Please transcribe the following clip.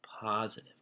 Positive